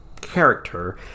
character